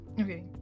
okay